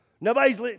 Nobody's